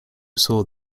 saw